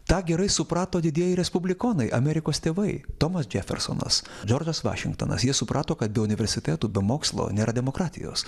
tą gerai suprato didieji respublikonai amerikos tėvai tomas džefersonas džordžas vašingtonas jie suprato kad be universitetų be mokslo nėra demokratijos